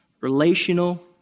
relational